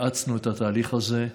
האצנו את התהליך הזה,